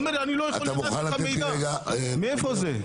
הוא אומר אני לא יכול לתת לך מידע מאיפה זה.